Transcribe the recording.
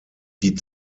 die